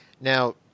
Now